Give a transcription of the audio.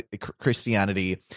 Christianity